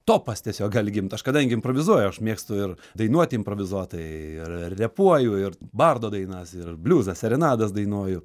topas tiesiog gali gimt aš kadangi improvizuoju aš mėgstu ir dainuoti improvizuotai ir repuoju ir bardo dainas ir bliuzą serenadas dainuoju